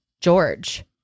George